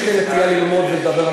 יש לי נטייה ללמוד ולדבר,